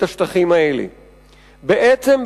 בעצם,